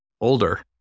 older